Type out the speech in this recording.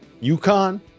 UConn